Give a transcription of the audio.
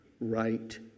right